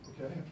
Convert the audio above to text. Okay